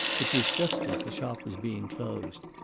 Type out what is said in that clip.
it was just as the shop was being closed.